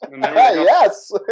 Yes